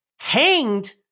hanged